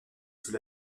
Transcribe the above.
sous